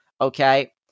okay